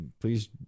please